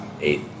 eight